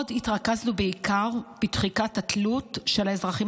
עוד התרכזנו בעיקר בתחיקת התלות של האזרחים